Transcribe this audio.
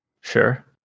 Sure